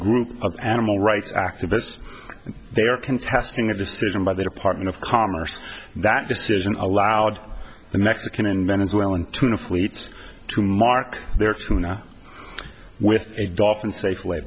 group of animal rights activists they are contesting a decision by the department of commerce that decision allowed the mexican and venezuelan tuna fleets to mark their tuna with a do